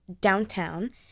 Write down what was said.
downtown